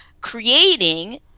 creating